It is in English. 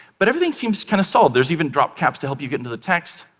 but everything seems kid of solid. there's even drop caps to help you get into the text.